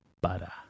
butter